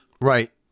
Right